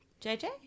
JJ